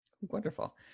Wonderful